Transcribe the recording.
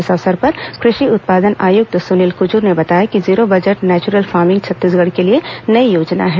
इस अवसर पर कृषि उत्पादन आयुक्त सुनील कुजूर ने बताया कि zero budget natural farming Chhattisgarh के लिए नई योजना है